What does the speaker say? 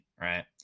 right